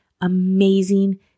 amazing